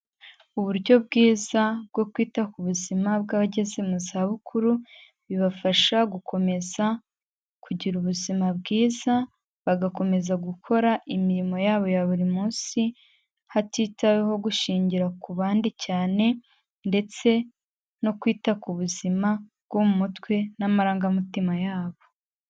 Uburyo bwiza bwo kwita ku buzima bw'abageze mu zabukuru bibafasha gukomeza kugira ubuzima bwiza, bagakomeza gukora imirimo yabo ya buri munsi hatitaweho gushingira ku bandi cyane ndetse no kwita ku buzima bwo mu mutwe n'amarangamutima yabo.